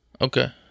Okay